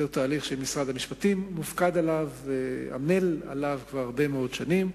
זהו תהליך שמשרד המשפטים מופקד עליו ועמל עליו כבר הרבה מאוד שנים.